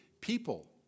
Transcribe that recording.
people